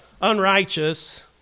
unrighteous